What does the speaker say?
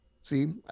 See